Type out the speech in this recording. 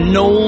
no